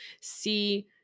see